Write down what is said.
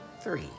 three